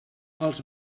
els